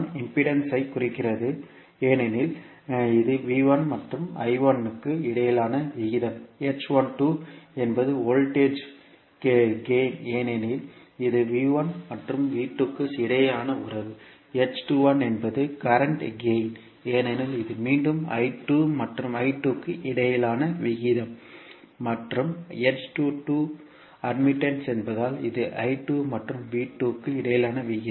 impedance ஐ குறிக்கிறது ஏனெனில் இது மற்றும் க்கு இடையிலான விகிதம் என்பது வோல்டேஜ் கேயின் ஏனெனில் இது மற்றும் க்கு இடையிலான உறவு என்பது கரண்ட் கேயின் ஏனெனில் இது மீண்டும் மற்றும் I1 க்கு இடையிலான விகிதம் மற்றும் ஒப்புதல் என்பதால் இது மற்றும் க்கு இடையிலான விகிதம்